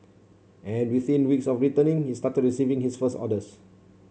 and within weeks of returning he started receiving his first orders